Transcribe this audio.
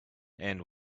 and